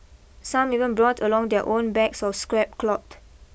some even brought along their own bags of scrap cloth